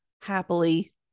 happily